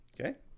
Okay